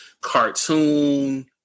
cartoon